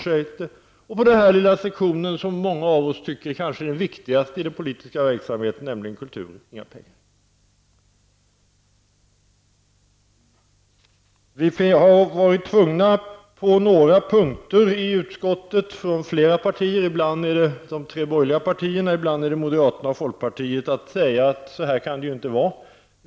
Likadant är det på den lilla sektion som många av oss tycker är den kanske viktigaste i den politiska verksamheten, nämligen kulturen -- det finns inga pengar. Flera partier i utskottet -- ibland de tre borgerliga partierna och ibland moderaterna och folkpartiet -- har på några punkter varit tvungna att säga att det inte kan vara som det för närvarande är.